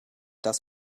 dass